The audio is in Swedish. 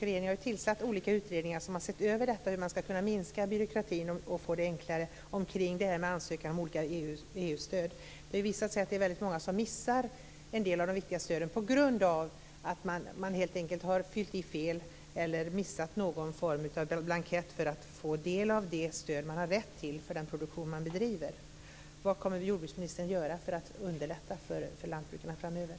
Regeringen har ju tillsatt olika utredningar som har sett över hur man ska kunna minska byråkratin och göra det enklare att ansöka om olika EU-stöd. Det har visat sig att det är väldigt många som missar en del av de viktiga stöden på grund av att de har fyllt i fel eller helt enkelt missat någon blankett för att få del av det stöd som de har rätt till för den produktion de bedriver. Vad kommer jordbruksministern att göra för att underlätta för lantbrukarna framöver?